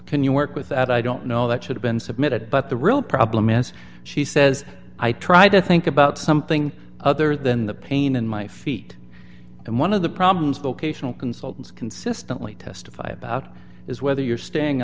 can you work with that i don't know that should've been submitted but the real problem is she says i tried to think about something other than the pain in my feet and one of the problems vocational consultants consistently testify about is whether you're staying